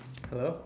hello